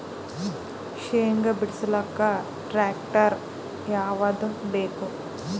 ಶೇಂಗಾ ಬಿಡಸಲಕ್ಕ ಟ್ಟ್ರ್ಯಾಕ್ಟರ್ ಯಾವದ ಬೇಕು?